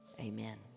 Amen